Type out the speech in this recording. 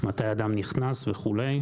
מתי אדם נכנס וכו'.